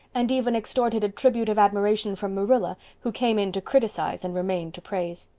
and even extorted a tribute of admiration from marilla, who came in to criticize and remained to praise.